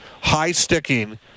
high-sticking